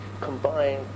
combine